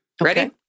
Ready